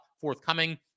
forthcoming